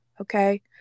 okay